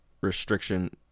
restriction